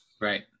Right